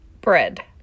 bread